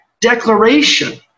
declaration